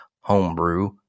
homebrew